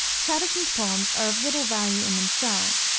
chatterton's poems are of little value in themselves,